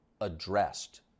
addressed